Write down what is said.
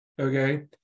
Okay